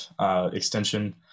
extension